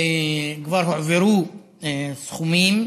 כבר הועברו סכומים